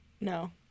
No